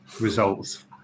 results